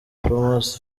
patmos